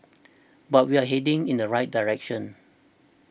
but we are heading in the right direction